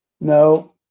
No